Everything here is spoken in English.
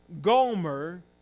Gomer